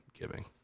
giving